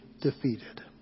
defeated